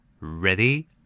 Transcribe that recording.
Ready